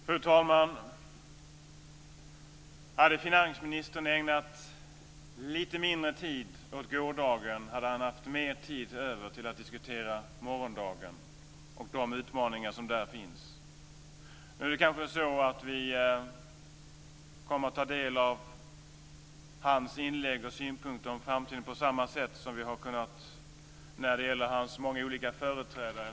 Fru talman! Hade finansministern ägnat lite mindre tid åt gårdagen hade han haft mer tid över till att diskutera morgondagen och de utmaningar som där finns. Nu kanske vi kommer att kunna ta del av hans inlägg om och synpunkter på framtiden på samma sätt som vi har kunnat när det gäller hans många olika företrädare.